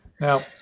Now